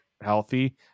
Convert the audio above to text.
healthy